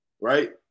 right